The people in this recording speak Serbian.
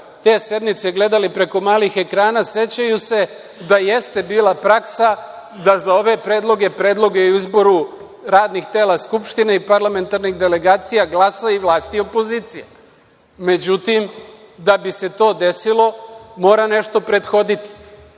te sednice gledali preko malih ekrana, sećaju se da jeste bila praksa da za ove predloge, predloge o izboru radnih tela Skupštine i parlamentarnih delegacija, glasa i vlast i opozicija.Međutim, da bi se to desilo, mora nešto prethoditi